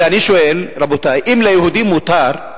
ואני שואל, רבותי, אם ליהודים מותר,